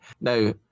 now